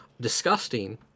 disgusting